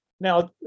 Now